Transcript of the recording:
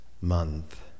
month